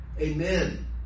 amen